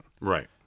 Right